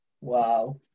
Wow